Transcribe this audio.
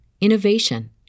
innovation